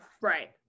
Right